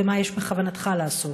ומה יש בכוונתך לעשות.